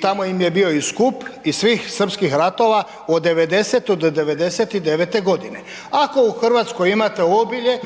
tamo im je bio i skup iz svih srpskih ratova od 90.-99. g. Ako u Hrvatskoj imate obilje